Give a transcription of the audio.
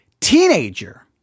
Teenager